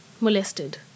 molested